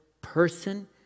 person